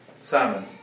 Simon